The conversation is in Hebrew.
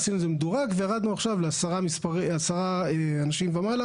עשינו את זה מדורג וירדנו עכשיו לעשרה אנשים ומעלה,